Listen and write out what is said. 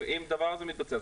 אם הדבר הזה מתבצע,